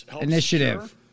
initiative